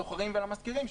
לשוכרים ולמשכירים.